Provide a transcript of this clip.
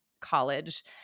college